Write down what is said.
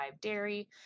dairy